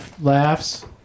laughs